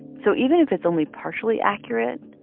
so even if it's only partially accurate,